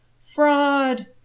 Fraud